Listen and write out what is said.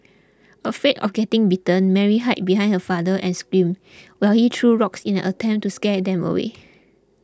afraid of getting bitten Mary hid behind her father and screamed while he threw rocks in an attempt to scare them away